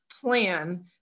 plan